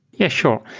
yeah, sure.